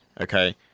Okay